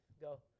go